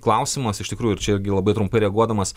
klausimas iš tikrųjų ir čia irgi labai trumpai reaguodamas